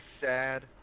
sad